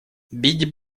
бить